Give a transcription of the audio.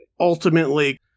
ultimately